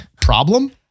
problem